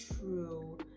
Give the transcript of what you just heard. true